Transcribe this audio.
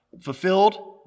Fulfilled